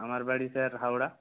আমার বাড়ি স্যার হাওড়া